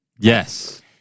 Yes